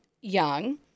young